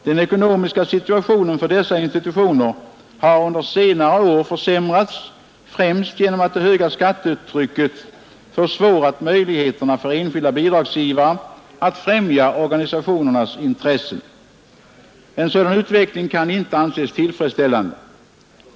Den ekonomiska situationen för dessa institutioner har under senare år försämrats, främst genom att det höga skattetrycket försvårat möjligheterna för enskilda bidragsgivare att främja organisationernas intressen. En sådan utveckling kan inte anses tillfredsställande.